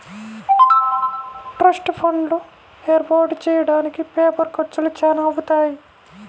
trust fund ఏర్పాటు చెయ్యడానికి paper ఖర్చులు చానా అవుతాయి